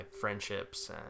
friendships